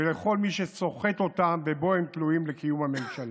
ולכל מי שסוחט אותם ושבו הם תלויים לקיום הממשלה.